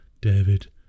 David